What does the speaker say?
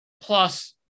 plus